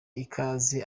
ikaze